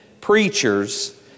preachers